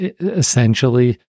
essentially